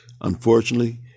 Unfortunately